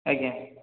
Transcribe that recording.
ଆଜ୍ଞା